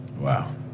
Wow